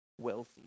wealthy